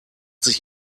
sich